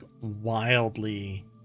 wildly